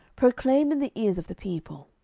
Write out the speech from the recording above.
proclaim in the ears of the people,